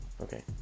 Okay